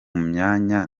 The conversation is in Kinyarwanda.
myanya